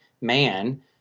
man